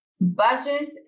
budget